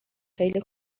خیلی